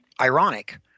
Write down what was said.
ironic